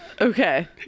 okay